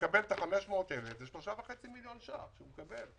שמקבל 500,000 והוא מקבל 3.5 מיליון שקל לשנה.